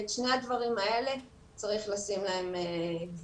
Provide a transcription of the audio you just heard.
ולשני הדברים האלה צריך לשים גבולות.